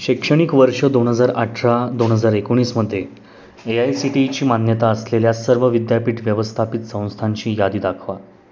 शैक्षणिक वर्ष दोन हजार अठरा दोन हजार एकोणीसमध्ये ए आय सी टी ईची मान्यता असलेल्या सर्व विद्यापीठ व्यवस्थापित संस्थांची यादी दाखवा